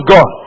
God